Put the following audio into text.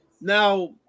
Now